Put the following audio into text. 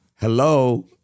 hello